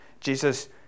Jesus